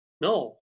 No